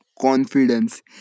confidence